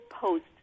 post –